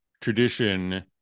tradition